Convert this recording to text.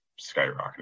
skyrocketing